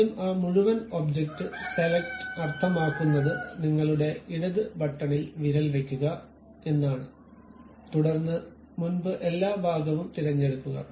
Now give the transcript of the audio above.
ആദ്യം ആ മുഴുവൻ ഒബ്ജക്റ്റ് സെലക്റ്റ് അർത്ഥമാക്കുന്നത് നിങ്ങളുടെ ഇടത് ബട്ടണിൽ വിരൽ വയ്ക്കുക എന്നാണ് തുടർന്ന് മുൻപ് എല്ലാഭാഗവും തിരഞ്ഞെടുക്കുക